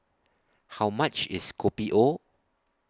How much IS Kopi O